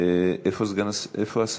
איפה השר?